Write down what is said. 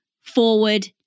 forward